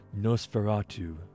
Nosferatu